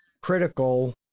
critical